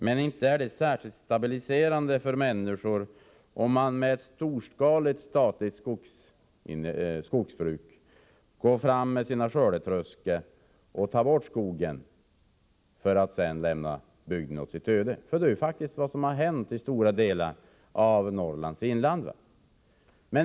Men inte är det särskilt stabiliserande för människor, om man med ett storskaligt statligt skogsbruk går fram med sina skördetröskor och tar bort skogen för att sedan lämna bygden åt sitt öde. Det är faktiskt vad som har hänt i stora delar av Norrlands inland.